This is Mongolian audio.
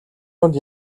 дунд